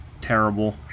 terrible